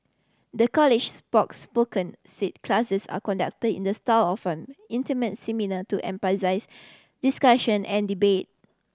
the college's spoke spoken said classes are conduct in the style often intimate seminar to emphasise discussion and debate